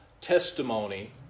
testimony